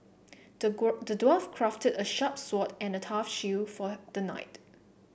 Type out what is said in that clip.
the dwarf crafted a sharp sword and a tough shield for the knight